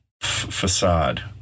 facade